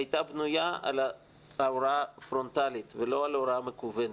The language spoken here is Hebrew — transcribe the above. הייתה בנויה על הוראה פרונטלית ולא על הוראה מקוונת,